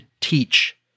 teach